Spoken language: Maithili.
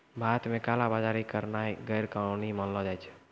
भारत मे काला बजारी करनाय गैरकानूनी मानलो जाय छै